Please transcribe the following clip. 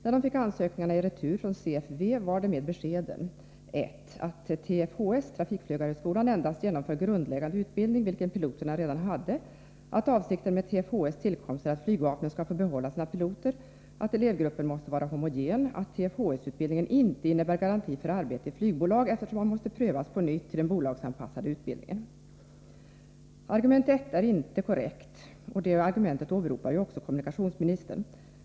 När de fick sina ansökningar i retur från CFV var det med beskeden: 1. att TFHS — trafikflygarhögskolan — endast genomför en grundläggande utbildning, vilken piloterna redan hade, 2. att avsikten med TFHS tillkomst är att flygvapnet skall få behålla sina piloter, 3. att elevgruppen måste vara homogen samt 4. att TFHS-utbildningen inte innebär garanti för arbete i flygbolag, eftersom man måste prövas på nytt till den bolagsanpassade utbildningen. Argument 1. är inte korrekt; detta argument åberopar även kommunikationsministern.